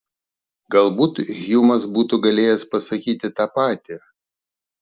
galbūt hjumas būtų galėjęs pasakyti tą patį